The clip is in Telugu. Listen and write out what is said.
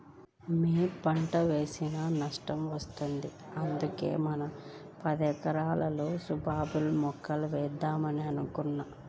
యే పంట వేసినా నష్టమే వత్తంది, అందుకే మన పదెకరాల్లోనూ సుబాబుల్ మొక్కలేద్దాం అనుకుంటున్నా